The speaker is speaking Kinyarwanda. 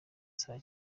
saa